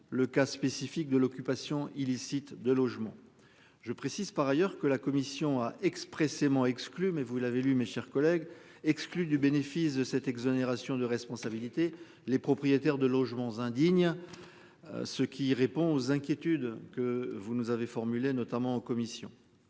le cas spécifique de l'occupation illicite de logement je précise par ailleurs que la commission a expressément exclu mais vous l'avez lu mes chers collègues exclus du bénéfice de cette exonération de responsabilité. Les propriétaires de logements indignes. Ce qui répond aux inquiétudes que vous nous avez formulé notamment en commission.